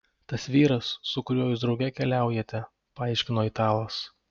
tas vyras su kuriuo jūs drauge keliaujate paaiškino italas